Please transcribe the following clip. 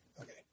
Okay